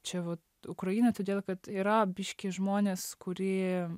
čia vat ukraina todėl kad yra biškį žmonės kurie